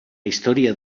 història